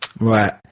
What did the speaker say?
right